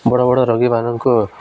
ବଡ଼ ବଡ଼ ରୋଗୀମାନଙ୍କୁ